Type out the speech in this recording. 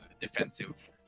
defensive